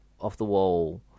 off-the-wall